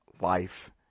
life